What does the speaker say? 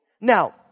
Now